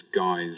guys